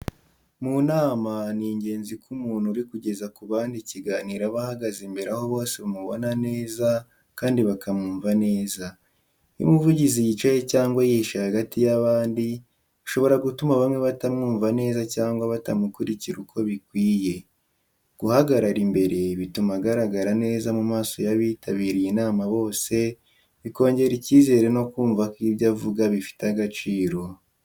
Mu nama, ni ingenzi ko umuntu uri kugeza ku bandi ikiganiro aba ahagaze imbere aho bose bamubona neza kandi bakamwumva neza. Iyo umuvugizi yicaye cyangwa yihishe hagati y'abandi, bishobora gutuma bamwe batamwumva neza cyangwa batamukurikira uko bikwiye. Guhagarara imbere bituma agaragara neza mu maso y’abitabiriye inama bose, bikongera icyizere no kumva ko ibyo avuga bifite agaciro.